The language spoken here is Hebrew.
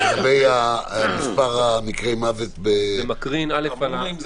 זה